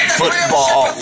football